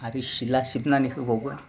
आरो सिथ्ला सिबनानै होबावो